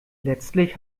letztlich